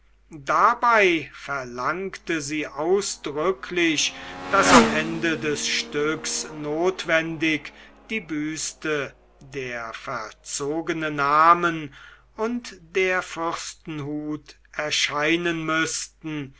dabei verlangte sie ausdrücklich daß am ende des stücks notwendig die büste der verzogene namen und der fürstenhut erscheinen müßten